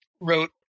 wrote